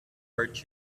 hurt